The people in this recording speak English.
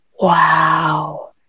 Wow